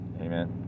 Amen